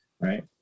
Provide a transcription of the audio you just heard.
right